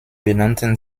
benannten